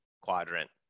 quadrant